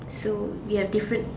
so we are different